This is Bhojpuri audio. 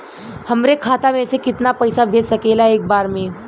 हमरे खाता में से कितना पईसा भेज सकेला एक बार में?